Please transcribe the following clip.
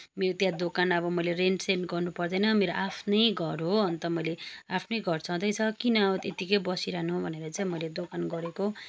मेरो त्यहाँ दोकान अब मैले रेन्टसेन्ट गर्नुपर्दैन मेरो आफ्नै घर हो अन्त मैले आफ्नै घर छँदैछ किन अब त्यत्तिकै बसिरहनु भनेर चाहिँ मैले अब दोकान गरेको